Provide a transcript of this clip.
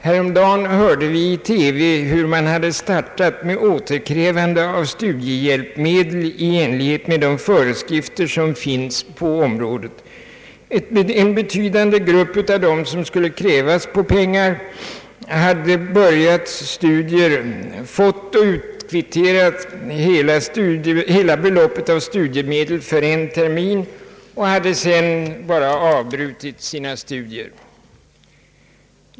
Häromdagen hörde vi i TV hur man hade startat med återkrävande av studiehjälpsmedel i enlighet med de föreskrifter som gäller på detta område. En betydande grupp av dem som skulle krävas på pengar hade börjat sina studier och fått utkvittera hela studiemedelsbeloppet för en termin och hade sedan avbrutit sina studier.